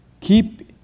Keep